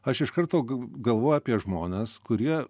aš iš karto ga galvoju apie žmones kurie